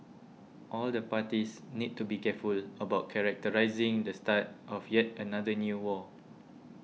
all the parties need to be careful about characterising the start of yet another new war